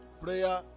prayer